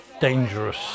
dangerous